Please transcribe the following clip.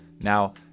Now